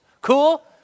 Cool